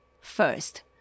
first